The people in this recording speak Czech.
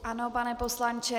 Ano, pane poslanče.